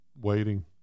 Waiting